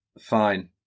Fine